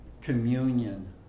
communion